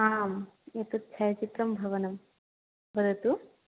आम् एतत् छायाच्चित्रभवनं वदतु